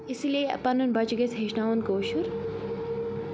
اِسی لیے پَنُن بَچہِ گژھِ ہیٚچھناوُن کٲشُر